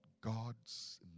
God's